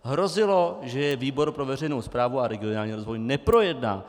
Hrozilo, že je výbor pro veřejnou správu a regionální rozvoj neprojedná.